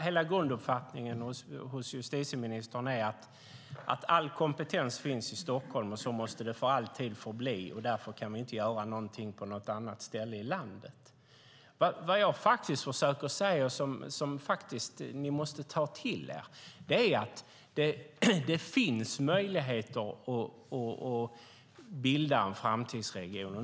Hela grunduppfattningen hos justitieministern är att all kompetens finns i Stockholm och att det för alltid måste förbli så, och därför kan vi inte göra någonting på något annat ställe i landet. Vad jag försöker säga och vad ni faktiskt måste ta till er är att det finns möjligheter att bilda en framtidsregion.